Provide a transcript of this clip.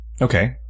Okay